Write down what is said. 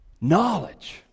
Knowledge